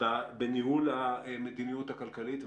בניהול המדיניות הכלכלית.